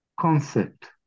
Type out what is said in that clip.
concept